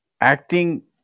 Acting